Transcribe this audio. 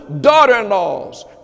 daughter-in-laws